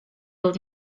old